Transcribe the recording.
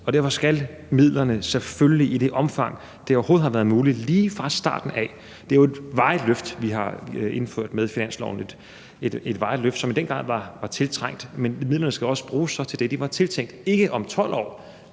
Derfor skal midlerne selvfølgelig, i det omfang det overhovedet har været muligt, lige fra starten af bruges til det, de var tiltænkt. Det er jo et varigt løft, vi har indført med finansloven, og et varigt løft, som i den grad var tiltrængt, men midlerne skal så også bruges til det, de var tiltænkt, og ikke om 12 år.